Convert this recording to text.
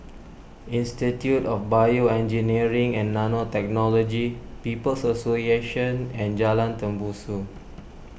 Institute of BioEngineering and Nanotechnology People's Association and Jalan Tembusu